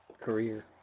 career